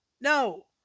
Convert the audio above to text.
no